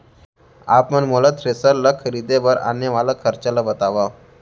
आप मन मोला थ्रेसर ल खरीदे बर आने वाला खरचा ल बतावव?